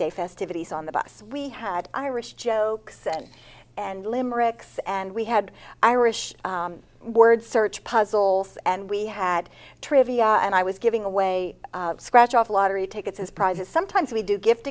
day festivities on the bus we had irish jokes and limericks and we had irish word search puzzles and we had trivia and i was giving away scratch off lottery tickets as prizes sometimes we do gift